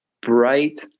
bright